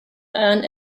earn